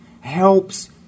helps